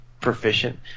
proficient